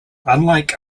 unlike